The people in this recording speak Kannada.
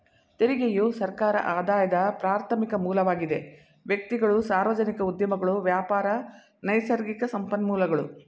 ತೆರಿಗೆಯು ಸರ್ಕಾರ ಆದಾಯದ ಪ್ರಾರ್ಥಮಿಕ ಮೂಲವಾಗಿದೆ ವ್ಯಕ್ತಿಗಳು, ಸಾರ್ವಜನಿಕ ಉದ್ಯಮಗಳು ವ್ಯಾಪಾರ, ನೈಸರ್ಗಿಕ ಸಂಪನ್ಮೂಲಗಳು